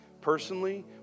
personally